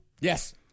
Yes